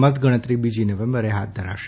મતગણતરી બીજી નવેમ્બરે હાથ ધરાશે